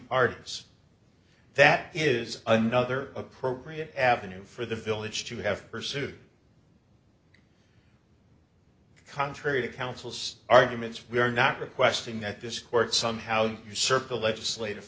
parties that is another appropriate avenue for the village to have pursued contrary to counsel's arguments we are not requesting that this court somehow circle legislative